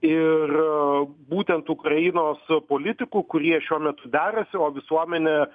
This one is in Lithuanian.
ir būtent ukrainos politikų kurie šiuo metu derasi o visuomenė